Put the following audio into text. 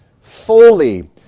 fully